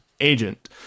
agent